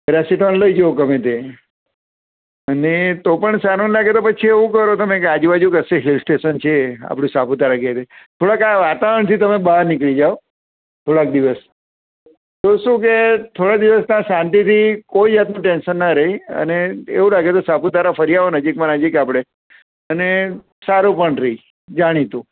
paracetamol લઈ જોવો ગમેતે અને તો પણ સારું ન લાગે તો પછી એવું કરો તમે કે આજુબાજુ કસી હિલ સ્ટેશન છે આપણું સાપુતારા કે થોડાક આ વાતાવરણથી તમે બહાર નીકળી જાઓ થોડાક દિવસ તો શું કે થોડા દિવસ ત્યાં શાંતિથી કોઈ જાતનું ટેન્સન ના રહે અને એવું લાગે તો સાપુતારા ફરી આવો નજીકમાં નજીક આપણે અને સારું પણ રહે જાણીતું